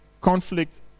conflict